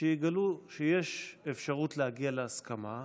שיגלו שיש אפשרות להגיע להסכמה,